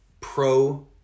pro